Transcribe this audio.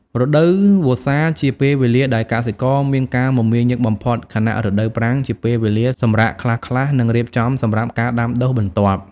រដូវវស្សាជាពេលវេលាដែលកសិករមានការមមាញឹកបំផុត ខណៈរដូវប្រាំងជាពេលវេលាសម្រាកខ្លះៗ និងរៀបចំសម្រាប់ការដាំដុះបន្ទាប់។